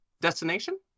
Destination